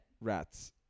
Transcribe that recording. Rats